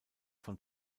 von